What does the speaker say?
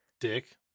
dick